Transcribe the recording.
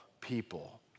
people